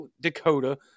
Dakota